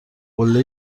قله